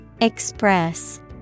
Express